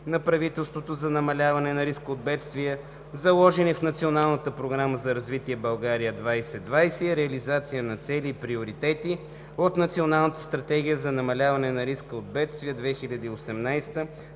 на правителството за намаляване на риска от бедствия, заложени в Националната програма за развитие „България 2020“ и реализацията на цели и приоритети от Националната стратегия за намаляване на риска от бедствия 2018